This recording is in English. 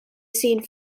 scene